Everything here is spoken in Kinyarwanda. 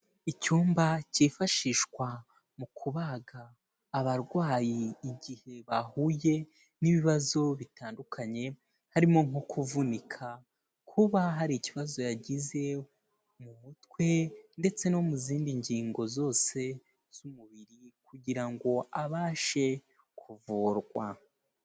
Icyumba cyifashishwa mu kubaga abarwayi igihe bahuye n'ibibazo bitandukanye, harimo nko kuvunika, kuba hari ikibazo yagize mu mutwe ndetse no mu zindi ngingo zose z'umubiri kugira ngo abashe kuvurwa.